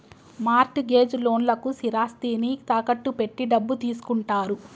mart gauge లోన్లకు స్థిరాస్తిని తాకట్టు పెట్టి డబ్బు తీసుకుంటారు